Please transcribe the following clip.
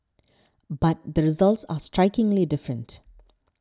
but the results are strikingly different